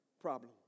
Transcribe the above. problem